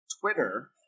Twitter